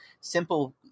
simple